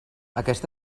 aquest